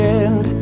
end